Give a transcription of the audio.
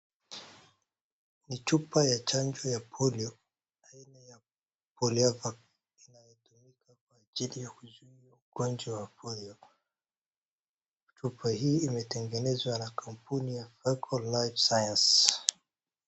Ni chupa ya chanjo ya polio aina ya poliovac inayotumika kwa ajili ya kuzuia ugonjwa wa polio, chupa hii imetengenezwa na kampuni ya Fabeco Life Sciences .